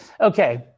Okay